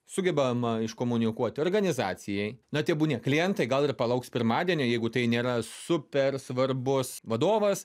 sugebama iškomunikuoti organizacijai na tebūnie klientai gal ir palauks pirmadienį jeigu tai nėra super svarbus vadovas